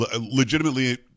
Legitimately